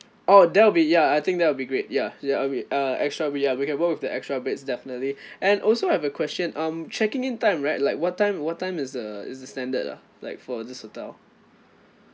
oh that'll be ya I think that will be great ya ya we uh extra we uh we can work with the extra beds definitely and also have a question um checking in time right like what time what time is the is the standard ah like for this hotel